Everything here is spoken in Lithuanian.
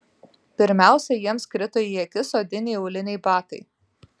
pirmiausia jiems krito į akis odiniai auliniai batai